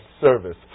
service